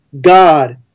God